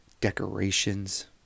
decorations